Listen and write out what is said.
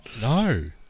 No